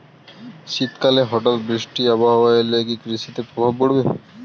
শীত কালে হঠাৎ বৃষ্টি আবহাওয়া এলে কি কৃষি তে প্রভাব পড়বে?